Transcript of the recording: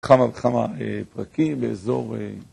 כמה וכמה פרקים באזור...